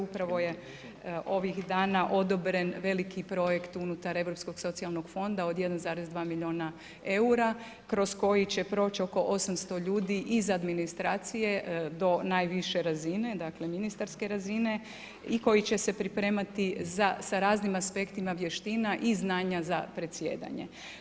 Upravo je ovih dana odobren veliki projekt unutar Europskog socijalnog fonda od 1,2 miliona eura kroz koji će proći oko 800 ljudi iz administracije do najviše razine, dakle, ministarske razine i koji će se pripremati za sa raznim aspektima vještina i znanja za predsjedanje.